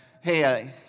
hey